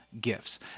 gifts